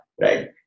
Right